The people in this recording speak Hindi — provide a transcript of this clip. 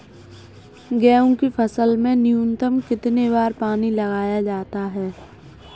गेहूँ की फसल में न्यूनतम कितने बार पानी लगाया जाता है?